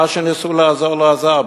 מה שניסו לעשות לא עזר.